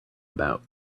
about